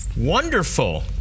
wonderful